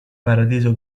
paradiso